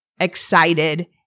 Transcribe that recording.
excited